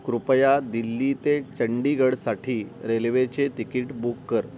कृपया दिल्ली ते चंदीगडसाठी रेल्वेचे तिकीट बुक कर